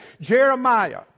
jeremiah